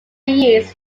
east